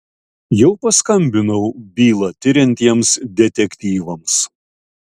jau paskambinau bylą tiriantiems detektyvams